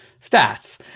stats